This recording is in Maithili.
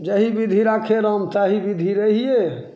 जहि बिधी राखे राम ताहि बिधी रहिए